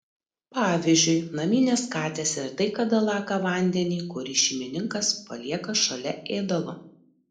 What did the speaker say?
pavyzdžiui naminės katės retai kada laka vandenį kurį šeimininkas palieka šalia ėdalo